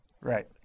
Right